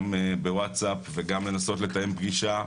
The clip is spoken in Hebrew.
גם בווטסאפ וגם לנסות לתאם פגישה,